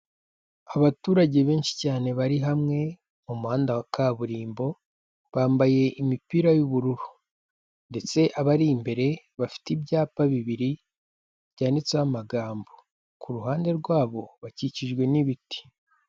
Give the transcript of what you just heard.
Abaturage benshi cyane bari hamwe mu muhanda wa kaburimbo, bambaye imipira y'ubururu ndetse abari imbere bafite ibyapa bibiri, byanditseho amagambo, ku ruhande rwabo bakikijwe n'ibiti.